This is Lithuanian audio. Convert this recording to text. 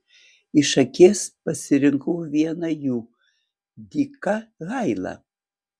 iš akies pasirinkau vieną jų diką hailą